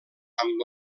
amb